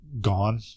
gone